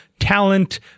Talent